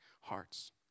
hearts